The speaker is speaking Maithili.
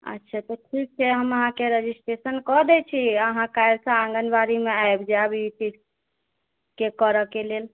अच्छा तऽ ठीक छै हम अहाँके रजिस्ट्रेशन कऽ दै छी अहाँ काल्हिसँ आँगनबाड़ीमे आबि जाइब ई चीजके करऽके लेल